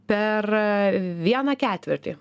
per vieną ketvirtį